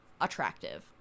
attractive